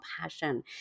passion